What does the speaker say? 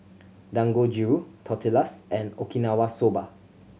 Dangojiru Tortillas and Okinawa Soba